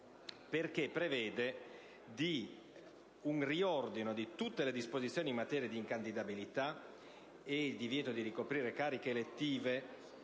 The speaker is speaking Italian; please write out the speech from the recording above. perché prevede un riordino di tutte le disposizioni in materia di incandidabilità e il divieto a ricoprire cariche elettive